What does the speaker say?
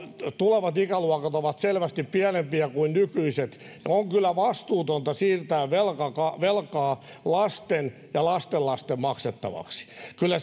tulevat ikäluokat ovat selvästi pienempiä kuin nykyiset on kyllä vastuutonta siirtää velkaa lasten ja lastenlasten maksettavaksi kyllä